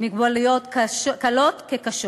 והזיכרון לפרשת ילדי תימן, המזרח והבלקן.